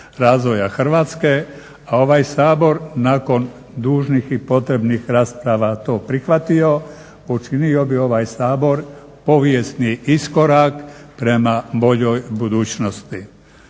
razvoja Hrvatske, a ovaj Sabor nakon dužnih i potrebnih rasprava to prihvatio učinio bi ovaj Sabor povijesni iskorak prema boljoj budućnosti.